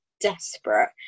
desperate